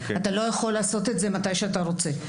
אתה לא יכול לעשות את זה מתי שאתה רוצה.